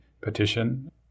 petition